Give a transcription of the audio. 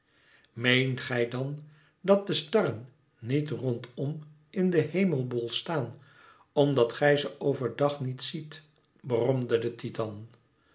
meent gij dan dat de starren niet rondom in den hemelbol staan omdat gij ze over dag niet ziet bromde de titan